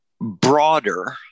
broader